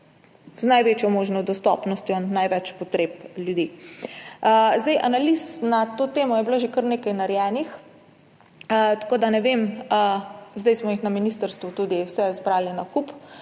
z največjo možno dostopnostjo največ potreb ljudi. Analiz na to temo je bilo že kar nekaj narejenih, tako da ne vem, zdaj smo jih na ministrstvu tudi vse zbrali na kup,